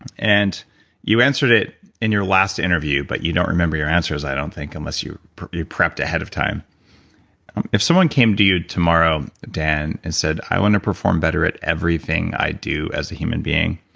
and you answered it in your last interview but you don't remember your answers, i don't think, unless you you prepped ahead of time if someone came to you tomorrow, dan, and said, i want to perform better at everything i do as a human being,